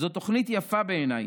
זאת תוכנית יפה בעיניי,